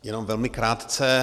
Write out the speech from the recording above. Jenom velmi krátce.